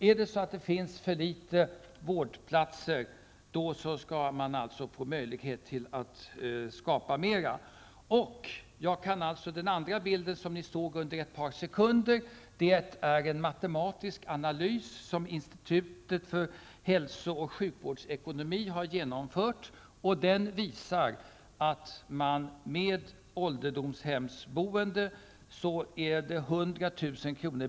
Är det så att det finns för få vårdplatser, skall man alltså få möjlighet att skapa fler. Den andra bilden, som ni kunde se under ett par sekunder, visar en matematisk analys som Institutet för hälso och sjukvårdsekonomi har genomfört.